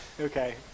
Okay